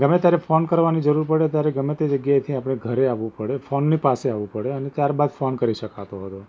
ગમે ત્યારે ફોન કરવાની જરૂર પડે ત્યારે ગમે તે જગ્યાએથી આપણે ઘરે આવવું પડે ફોનની પાસે આવવું પડે અને ત્યાર બાદ ફોન કરી શકાતો હતો